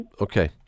Okay